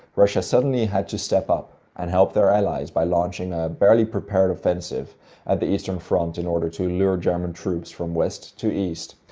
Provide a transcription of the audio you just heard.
russia suddenly had to step up and help their allies by launching a barely prepared offensive at the eastern front in order to lure german troops from west to east.